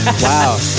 Wow